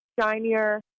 shinier